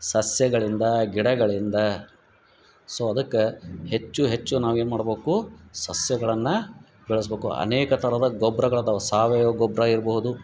ಸಸ್ಯಗಳಿಂದ ಗಿಡಗಳಿಂದ ಸೊ ಅದಕ್ಕೆ ಹೆಚ್ಚು ಹೆಚ್ಚು ನಾವೇನು ಮಾಡ್ಬಕು ಸಸ್ಯಗಳನ್ನ ಬೆಳಸ್ಬಕು ಅನೇಕ ಥರದ ಗೊಬ್ಬರಗಳಾದಾವು ಸಾವಯವ ಗೊಬ್ಬರ ಇರ್ಬೋದು